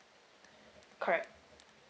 correct